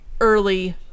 early